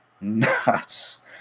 nuts